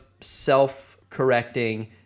self-correcting